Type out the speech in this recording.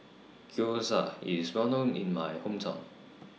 Gyoza IS Well known in My Hometown